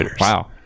Wow